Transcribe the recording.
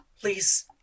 Please